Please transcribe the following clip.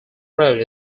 road